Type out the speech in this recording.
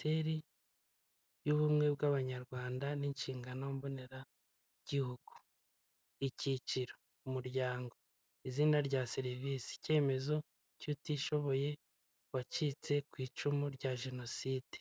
telefone ukaba washyiraho igihe wasezeraniye mu murenge kugira ngo uhabwe icyemezo cy'uko washyingiwe.